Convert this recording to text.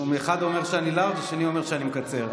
אחד אומר שאני לארג' והשני אומר שאני מקצר,